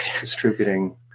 distributing